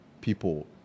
people